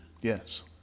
Yes